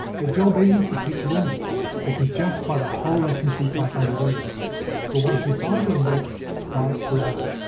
job isn't to pick winners they could just buy the whole s and p five hundred index but once you buy the index buy it forever.